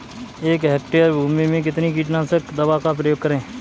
एक हेक्टेयर भूमि में कितनी कीटनाशक दवा का प्रयोग करें?